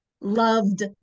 Loved